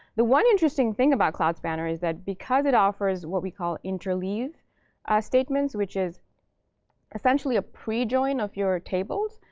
the one interesting thing about cloud spanner is that because it offers what we call interleave statements, which is essentially a pre-join of your tables,